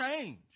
change